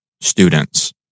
students